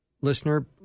listener